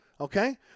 okay